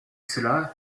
cela